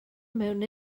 mewn